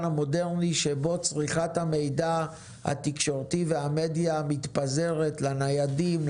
המודרני שבו צריכת המידע התקשורתי והמדיה מתפזרת לניידים,